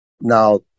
Now